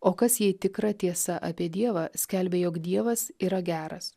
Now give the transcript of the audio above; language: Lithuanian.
o kas jei tikra tiesa apie dievą skelbė jog dievas yra geras